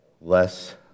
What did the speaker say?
less